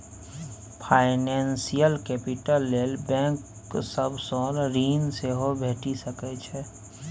financial capital लेल bank सब सँ ऋण सेहो भेटि सकै छै